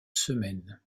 semaine